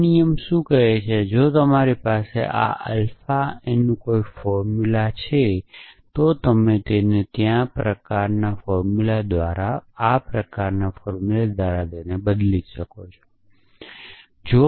આ નિયમ શું કહે છે કે જો તમારી પાસે આ આલ્ફાએનું કોઈ ફોર્મુલા છે તો તમે તેને ત્યાંના પ્રકારનાં ફોર્મુલા દ્વારા બદલી શકો છો x